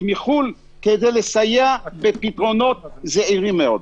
מחוץ לארץ כדי לסייע בפתרונות זעירים מאוד.